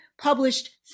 published